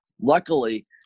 Luckily